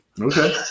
Okay